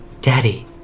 Daddy